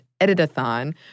Editathon